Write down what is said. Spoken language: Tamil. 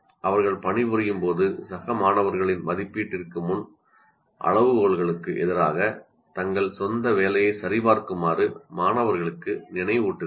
அவர்கள் பணிபுரியும் போது சக மாணவர்களின் மதிப்பீட்டிற்கு முன் அளவுகோல்களுக்கு எதிராக தங்கள் சொந்த வேலையைச் சரிபார்க்குமாறு மாணவர்களுக்கு நினைவூட்டுகிறார்